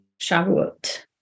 Shavuot